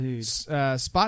Spot